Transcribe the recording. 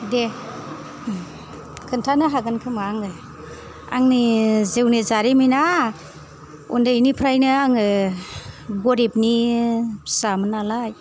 दे खोन्थानो हागोन खोमा आङो आंनि जिउनि जारिमिना उन्दैनिफ्रायनो आङो गरिबनि फिसामोन नालाय